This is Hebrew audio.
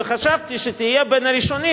וחשבתי שתהיה בין הראשונים,